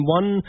one